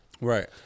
Right